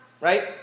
right